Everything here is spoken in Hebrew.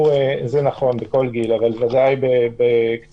נכון, בכל גיל, ובוודאי בקטינים.